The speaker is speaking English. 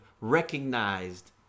recognized